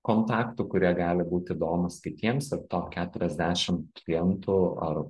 kontaktų kurie gali būt įdomūs kitiems ir to keturiasdešimt klientų ar